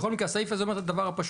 בכל מקרה הסעיף הזה אומר את הדבר הפשוט,